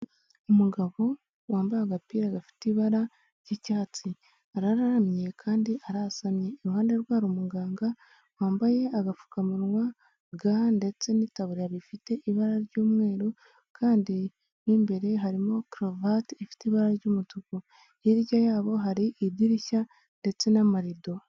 Umugabo wambaye agapira gafite ibara ry'icyatsi , araramye kandi arasamye, iruhande rwe hari umuganga wambaye agapfukamunwa, ga ndetse n'itaburiya ifite ibara ry'umweru kandi n'imbere harimo karuvati ifite ibara ry'umutuku, hirya yabo hari idirishya ndetse n'amarido.